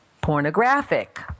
pornographic